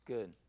Good